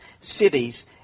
cities